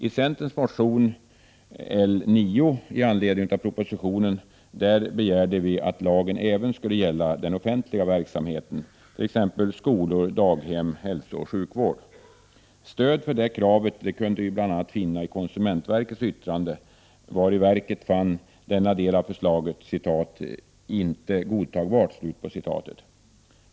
I centerns motion L9 i anledning av propositionen begärde vi att lagen även skulle gälla den offentliga verksamheten, t.ex. skolor, daghem, hälsooch sjukvård. Stöd för detta krav kunde vi finna bl.a. i konsumentverkets remissyttrande, vari verket fann detta avsnitt av förslaget ”inte godtagbart”.